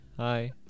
Hi